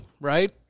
right